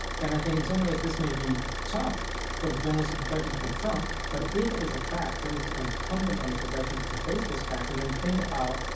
and i think in some ways, this may be tough for the journalism profession to confront. but if it is a fact, then it's incumbent on the profession to face this fact and then think about,